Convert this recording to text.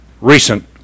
recent